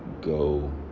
go